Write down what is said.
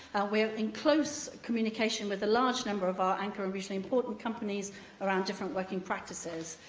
we're in close communication with a large number of our anchor and regionally important companies around different working practices.